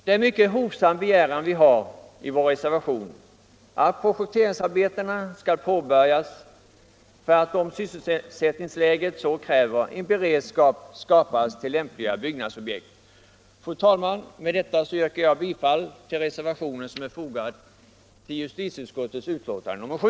Det är en mycket hovsam begäran vi har i vår reservation, att projekteringsarbetena skall påbörjas för att, om sysselsättningsläget så kräver, en beredskap skall finnas i form av lämpliga byggnadsobjekt. Med detta yrkar jag bifall till reservationen vid justitieutskottets betänkande nr 7.